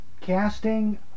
casting